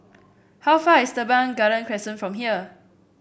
how far away is Teban Garden Crescent from here